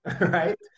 Right